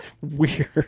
weird